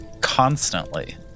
constantly